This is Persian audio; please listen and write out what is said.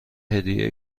هدیه